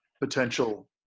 potential